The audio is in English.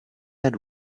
had